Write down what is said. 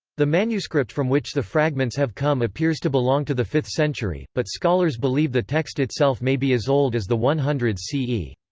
the manuscript from which the fragments have come appears to belong to the fifth century, but scholars believe the text itself may be as old as the one hundred s